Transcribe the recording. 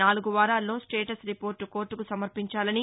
నాలుగు వారాల్లో status report కోర్టకు సమర్పించాలని